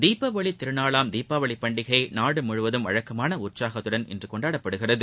தீப ஒளித் திருநாளாம் தீபாவளி பண்டிகை நாடு முழுவதும் வழக்கமான உற்சாகத்துடன் இன்று கொண்டாடப்படுகிறது